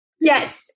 Yes